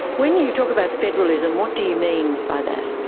when you talk about federalism, what do you mean by that?